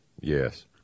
Yes